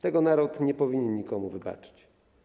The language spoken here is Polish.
Tego naród nie powinien nikomu wybaczyć.